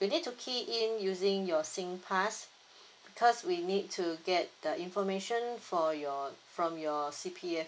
you need to key in using your Singpass because we need to get the information for your from your C_P_F